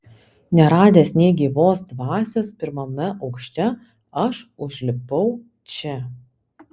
neradęs nė gyvos dvasios pirmame aukšte aš užlipau čia